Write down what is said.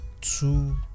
two